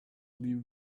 leave